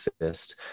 exist